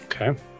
Okay